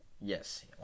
Yes